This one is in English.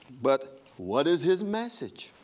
but what is his message?